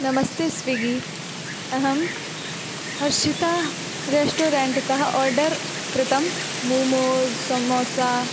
नमस्ते स्विगी अहं हर्षिता रेश्टोरेण्ट् तः आर्डर् कृतं मुमोस् समोसा